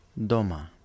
Doma